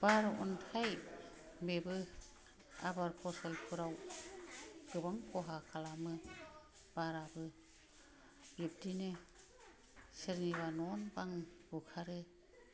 बार अन्थाइ बेबो आबाद फसलफोराव गोबां खहा खालामो बाराबो बिब्दिनो सोरनिबा न' बां बुखारो